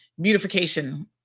Beautification